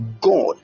God